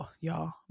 y'all